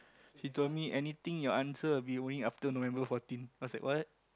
she told me anything your answer will be only after November fourteen I was like what